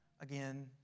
again